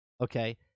okay